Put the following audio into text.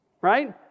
right